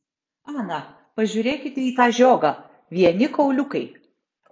ana pažiūrėkite į tą žiogą vieni kauliukai